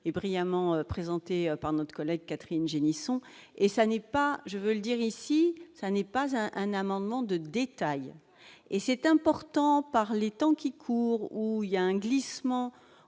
brillamment présenté par notre collègue Catherine Génisson et ça n'est pas, je veux le dire ici, ça n'est pas un un amendement de détails et c'est important par les temps qui courent, où il y a un glissement